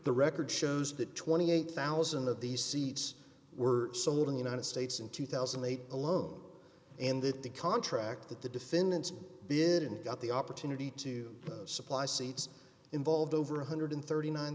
the record shows that twenty eight thousand of these seats were sold in the united states in two thousand and eight ilona and that the contract that the defendants bid in got the opportunity to supply seats involved over one hundred and thirty nine